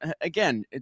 again